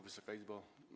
Wysoka Izbo!